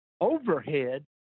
overhead